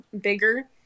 bigger